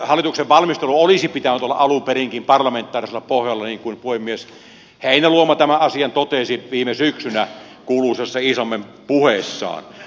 hallituksen valmistelun olisi pitänyt olla alun perinkin parlamentaarisella pohjalla niin kuin puhemies heinäluoma tämän asian totesi viime syksynä kuuluisassa iisalmen puheessaan